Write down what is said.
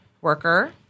worker